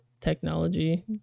technology